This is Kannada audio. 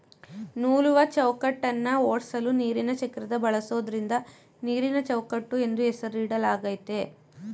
ನೂಲುವಚೌಕಟ್ಟನ್ನ ಓಡ್ಸಲು ನೀರಿನಚಕ್ರನ ಬಳಸೋದ್ರಿಂದ ನೀರಿನಚೌಕಟ್ಟು ಎಂದು ಹೆಸರಿಡಲಾಗಯ್ತೆ